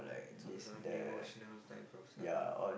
so some devotional time for